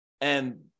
And-